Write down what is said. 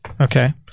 Okay